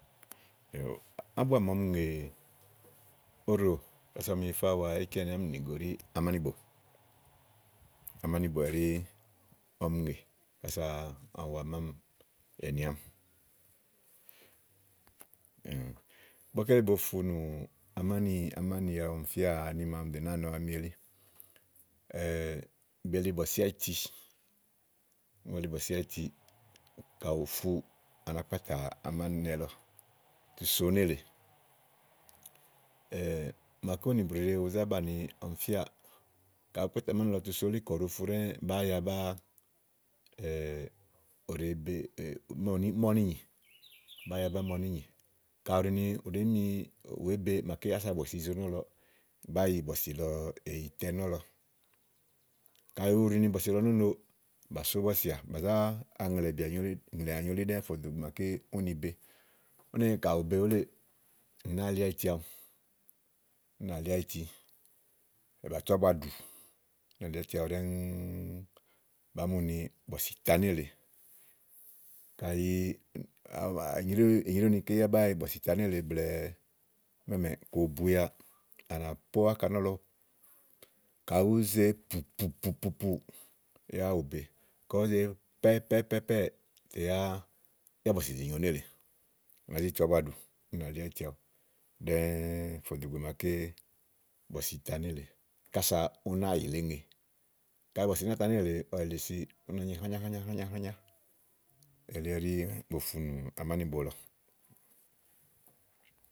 Ábua màa ɔmi ŋè kása wa íkeanì àámi èle ɖi amáníbo. Amánìbo ɛɖí ɔmi ŋè kása àwa mámi ɛ̀ni àámi. Ígbɔké bo funù, bofunù amánì tè níma ɔmi dò nàáa nɔ ámi elí. Bèe li bɔ̀sì áyiti. Ígbɔ ɔwɛ li bɔ̀sì áyiti ígbɔ úni fu úni à nàá kpàtà amàninɛ lɔ tu so nélèe màaké ówo nì bùɖiɖe bu zá bàni ɔmi fíà. Kàɖi bùú kpatà amáni li áyiti úni ɖòo fu bàáa wa yabá ù ɖe be blɛ̀ɛ ù nèé be. Ímɛ̀ úni nyì kaɖi wèé nyi, wèé be kása bɔ̀sì zo nɔ́lɔ. Bàáa yi bɔ̀sì lɔ èyì tɛ nɔ̀lɔ. Kàɖi bɔ̀sì lɔ nó no bà sò bɔ̀sìà. Bà zá aŋlɛ̀bìà nyo elí ɖɛ́ɛ́ fò ìgbè màaké úni be. Úni kàɖi ù be wúléè ù náa li áyiti awu. Ú nà lí áyiti úni bà tú ábua ɖù. Ú nà lí áyiti awu ɖɛ́ɛ́ bàá mu ni bɔ̀sì ta nélèe. Kàyi è nyréwu ké yá báá bɔ̀sì tàa nélèe blɛ̀ɛ ímɛ̀mɛ̀, ko ò bu ya à ná pó áka nɔ́lɔ kàɖi ùú ze pùpù pùpùù tè yá ù be kàɖi ùú ze pɛ́pɛ́pɛ́ɛ̀ yá bɔ̀sì zì nyo nélèe. Á nàá zì tu ábua ɖù ɖɛ́ɛ́ fò do ìgbè màaké bɔ̀sì ita nélèe kása ú nàa yìlè éŋe. Kaɖi bɔ̀sì náta nélèe kása ɔwɛ yì yilisi ú nàá nyi hányá hányá hányá hányá. Elí ɛɖí bofunù amánìbo lɔ.